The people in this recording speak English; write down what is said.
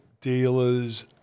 dealers